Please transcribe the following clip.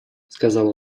сказал